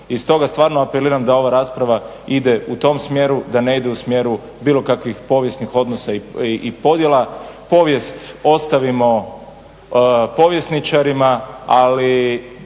I stoga stvarno apeliram da ova rasprava ide u tom smjeru, da ne ide u smjeru bilo kakvih povijesnih odnosa i podjela. Povijest ostavimo povjesničarima, ali